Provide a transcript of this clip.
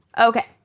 Okay